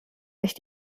sich